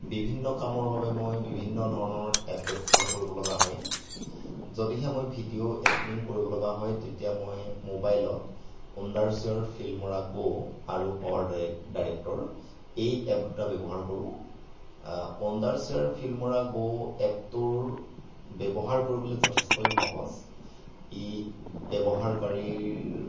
বিভিন্ন কামৰ বাবে মই বিভিন্ন ধৰণৰ এপ ব্যৱহাৰ কৰিব লগা হয় যদিহে মই ভিডিঅ' এডিটিং কৰিব লগা হয় তেতিয়া মই মোবাইলত ৱণ্ডাৰশ্বেয়াৰ ফিল্ম'ৰা গ' আৰু পাৱাৰ ডাইৰেক্টৰ এই এপ দুটা ব্যৱহাৰ কৰোঁ ৱণ্ডাৰশ্বেয়াৰ ফিল্ম'ৰা গ' এপটোৰ ব্যৱহাৰ কৰিবলৈ যথেষ্টই সহজ ই ব্যৱহাৰকাৰীৰ